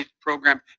program